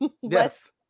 Yes